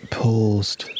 paused